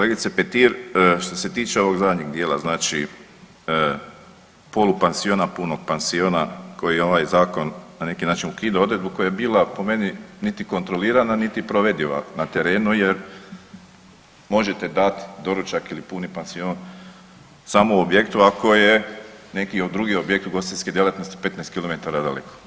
Kolegice Petir, što se tiče ovog zadnjeg dijela, znači polupansiona, punog pansiona koji ovaj zakon na neki način ukida odredbu koja je bila po meni niti kontrolirana niti provediva na terenu jer možete dat doručak ili puni pansion samo u objektu ako je neki drugi objekt ugostiteljske djelatnosti 15km daleko.